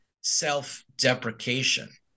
self-deprecation